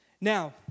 Now